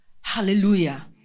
hallelujah